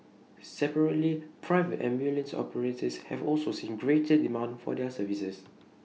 separately private ambulance operators have also seen greater demand for their services